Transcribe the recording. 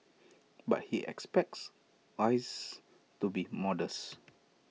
but he expects rises to be modest